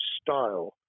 style